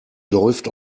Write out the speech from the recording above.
läuft